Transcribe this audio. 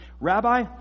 Rabbi